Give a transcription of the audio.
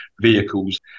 vehicles